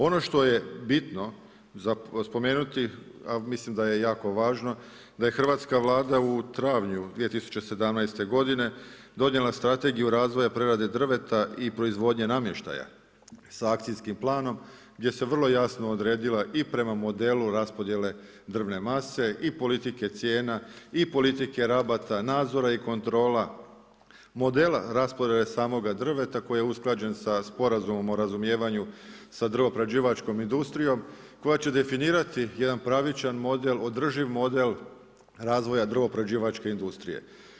Ono što je bitno za spomenuti a mislim da je i jako važno da je hrvatska Vlada u travnju 2017. godine donijela Strategiju razvoja prerade drveta i proizvodnje namještaja a akcijskim planom gdje se vrlo jasno odredila i prema modelu raspodjele drvne mase i politike cijena i politike rabata, nadzora i kontrola, modela raspodjele samoga drveta koji je usklađen sa Sporazumom o razumijevanju sa drvoprerađivačkom industrijom koja će definirati jedan pravičan model, održiv model razvoja drvoprerađivačke industrije.